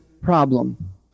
problem